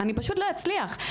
אני פשוט לא אצליח.